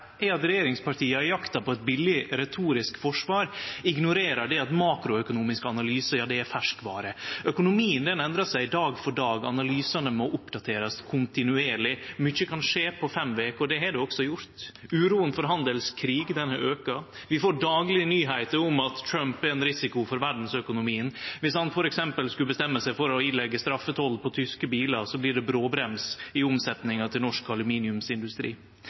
er at regjeringspartia i jakta på eit billig retorisk forsvar ignorerer at makroøkonomisk analyse er ferskvare. Økonomien endrar seg dag for dag. Analysane må oppdaterast kontinuerleg. Mykje kan skje på fem veker, og det har det også gjort. Uroa for handelskrig aukar. Vi får dagleg nyheiter om at Trump er ein risiko for verdsøkonomien. Dersom han f.eks. skulle bestemme seg for å påleggje straffetoll på tyske bilar, blir det bråbrems i omsetjinga til norsk aluminiumsindustri.